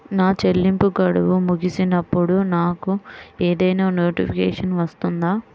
నా చెల్లింపు గడువు ముగిసినప్పుడు నాకు ఏదైనా నోటిఫికేషన్ వస్తుందా?